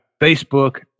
Facebook